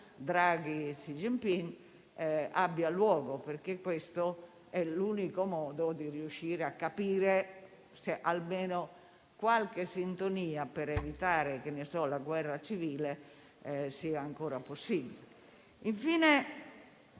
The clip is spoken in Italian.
Draghi e Xi Jinping) abbia luogo, perché questo è l'unico modo per riuscire a capire se almeno una qualche sintonia per evitare la guerra civile sia ancora possibile. Infine,